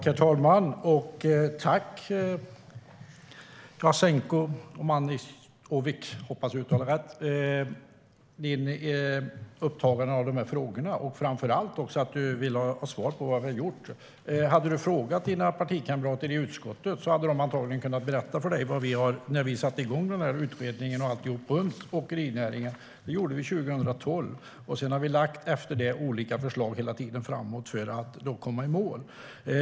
Herr talman! Tack, Jasenko Omanovic, för att du är upptagen av de här frågorna och framför allt för att du vill ha svar på vad vi har gjort. Hade du frågat dina partikamrater i utskottet hade de antagligen kunnat berätta för dig om när vi satte igång utredningen om åkerinäringen. Det gjorde vi 2012. Därefter har vi hela tiden lagt fram olika förslag för att komma i mål.